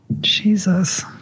Jesus